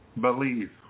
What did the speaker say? believe